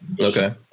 Okay